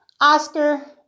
Oscar